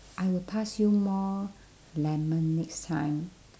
I will pass you more lemon next time